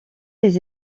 les